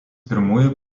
pirmųjų